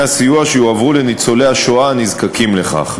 הסיוע שיועברו לניצולי השואה הנזקקים לכך.